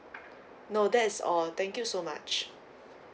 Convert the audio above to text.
no that's all thank you so much